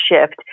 shift